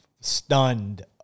stunned